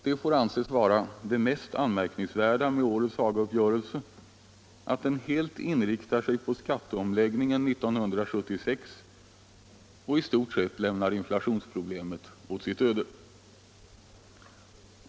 Det får anses vara det mest anmärkningsvärda med årets Hagauppgörelse, att den helt inriktar sig på skatteomläggningen 1976 och i stort sett lämnar inflationsproblemet åt sitt öde.